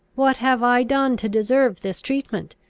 what have i done to deserve this treatment?